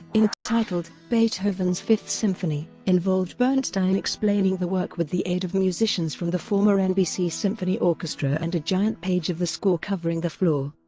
entitled beethoven's fifth symphony, involved bernstein explaining the work with the aid of musicians from the former nbc symphony orchestra and a giant page of the score covering the floor.